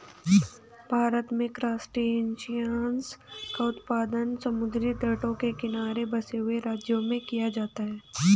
भारत में क्रासटेशियंस का उत्पादन समुद्री तटों के किनारे बसे हुए राज्यों में किया जाता है